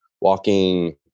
walking